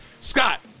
Scott